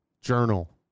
journal